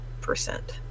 percent